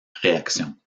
réactions